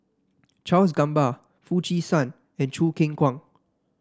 Charles Gamba Foo Chee San and Choo Keng Kwang